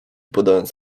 podając